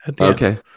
Okay